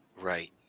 Right